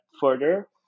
further